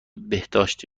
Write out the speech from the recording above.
بهداشت